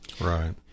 right